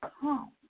come